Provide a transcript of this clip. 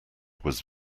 was